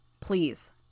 Please